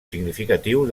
significatiu